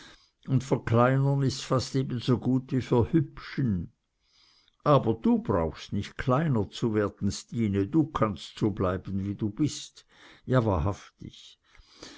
un verkleinern is fast ebensogut wie verhübschen aber du brauchst nicht kleiner zu werden stine du kannst so bleiben wie du bist ja wahrhaftig